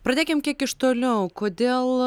pradėkim kiek iš toliau kodėl